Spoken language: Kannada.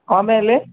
ಆಮೇಲೆ